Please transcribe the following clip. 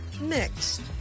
mixed